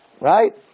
right